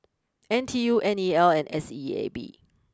N T U N E L and S E A B